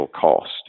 cost